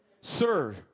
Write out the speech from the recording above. Sir